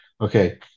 okay